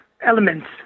elements